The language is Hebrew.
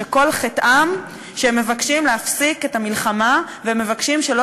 שכל חטאם הוא שהם מבקשים להפסיק את המלחמה והם מבקשים שלא